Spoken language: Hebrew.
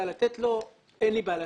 אני מגיע לסיכומים,